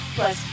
plus